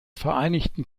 vereinigten